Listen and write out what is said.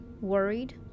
worried